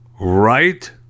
right